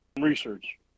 research